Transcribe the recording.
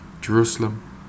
Jerusalem